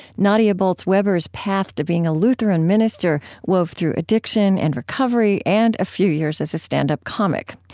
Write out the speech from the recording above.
nadia bolz-weber's path to being a lutheran minister wove through addiction and recovery and a few years as a stand-up comic.